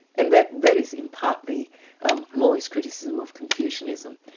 and that that is in part the um mohist criticism of confucianism.